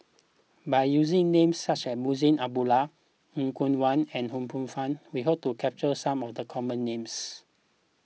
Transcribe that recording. by using names such as Munshi Abdullah Er Kwong Wah and Ho Poh Fun we hope to capture some of the common names